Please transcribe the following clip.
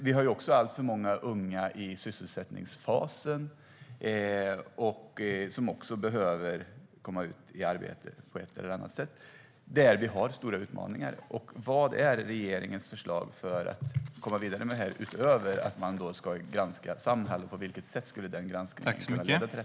Vi har alltför många unga i sysselsättningsfasen som behöver komma ut i arbete på ett eller annat sätt. Där har vi stora utmaningar. Vad är regeringens förslag för att komma vidare där, utöver att granska Samhall? På vilket sätt skulle denna granskning kunna leda till det?